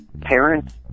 parents